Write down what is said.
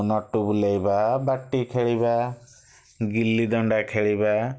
ନଟୁ ବୁଲେଇବା ବାଟି ଖେଳିବା ଗିଲି ଦଣ୍ଡା ଖେଳିବା